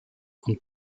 und